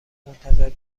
منتظر